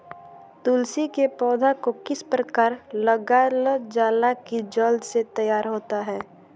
तुलसी के पौधा को किस प्रकार लगालजाला की जल्द से तैयार होता है?